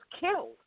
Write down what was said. killed